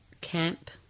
camp